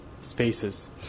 spaces